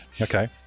Okay